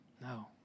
No